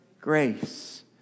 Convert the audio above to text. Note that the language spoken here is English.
Grace